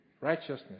righteousness